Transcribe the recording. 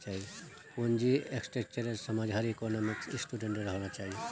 पूंजी स्ट्रक्चरेर समझ हर इकोनॉमिक्सेर स्टूडेंटक होना चाहिए